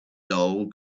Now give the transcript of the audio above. dull